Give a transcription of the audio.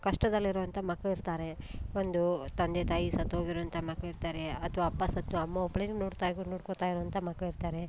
ಕಷ್ಟದಲ್ಲಿರುವಂಥ ಮಕ್ಳು ಇರ್ತಾರೆ ಒಂದು ತಂದೆ ತಾಯಿ ಸತ್ತೋಗಿರುವಂಥ ಮಕ್ಳು ಇರ್ತಾರೆ ಅಥವಾ ಅಪ್ಪ ಸತ್ತು ಅಮ್ಮ ಒಬ್ಬಳೇ ನೋಡ್ತಾ ನೋಡ್ಕೋತಾ ಇರುವಂಥ ಮಕ್ಳು ಇರ್ತಾರೆ